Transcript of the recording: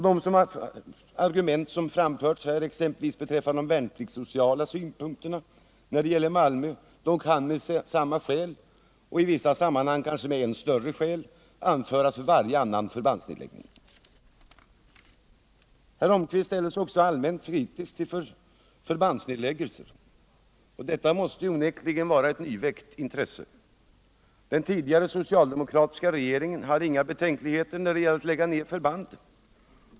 De argument som har framförts här, exempelvis de värnpliktssociala synpunkterna när det gäller Malmö, kan av samma skäl — och i vissa sammanhang kanske av än större skäl — anföras mot varje förbandsnedläggning. Eric Holmqvist ställde sig också allmänt kritisk till förbandsnedläggningar. Detta måste onekligen vara ett nyväckt intresse. Den tidigare socialdemokratiska regeringen hade inga betänkligheter när det gällde att lägga ned förband.